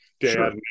dad